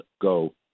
go